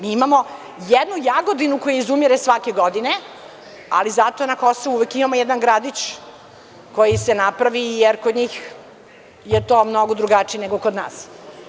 Mi imamo jednu Jagodinu koja izumire svake godine, ali zato na Kosovu uvek imamo jedan gradić koji se napravi, jer kod njih je to mnogo drugačije nego kod nas.